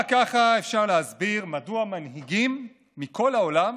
רק ככה אפשר להסביר מדוע מנהיגים מכל העולם